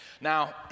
Now